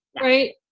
right